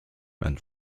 and